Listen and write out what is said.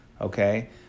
okay